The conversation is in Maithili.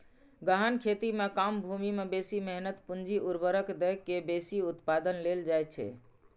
गहन खेती मे कम भूमि मे बेसी मेहनत, पूंजी, उर्वरक दए के बेसी उत्पादन लेल जाइ छै